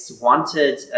wanted